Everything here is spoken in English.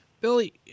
Billy